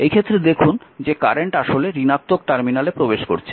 এই ক্ষেত্রে দেখুন যে কারেন্ট আসলে ঋণাত্মক টার্মিনালে প্রবেশ করছে